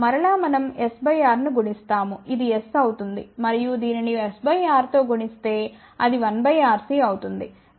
మరలా మనం s R ను గుణిస్తాము ఇది s అవుతుంది మరియు దీనిని s R తో గుణిస్తే అది 1 RC అవుతుంది